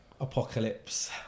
apocalypse